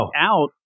out